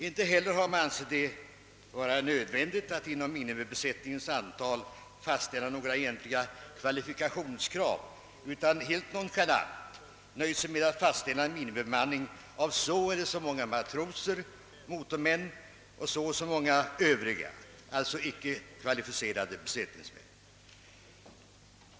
Inte heller har man ansett det nödvändigt att inom minimibesättningens antal fastställa några egentliga kvalifikationskrav, utan man har helt nonchalant nöjt sig med att fastställa en minimibemanning av så eller så många matroser, motormän och övriga, alltså icke kvalificerade, besättningsmän.